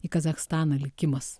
į kazachstaną likimas